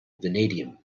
vanadium